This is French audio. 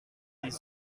des